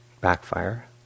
backfire